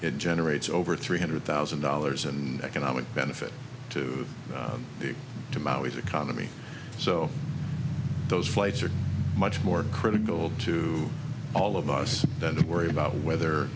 it generates over three hundred thousand dollars and economic benefit to the to maui economy so those flights are much more critical to all of us than to worry about whether